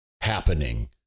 happening